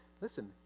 Listen